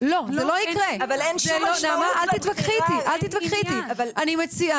זה יהיה תלוי הזמן ותלוי היעילות שאנחנו נעשה